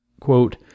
quote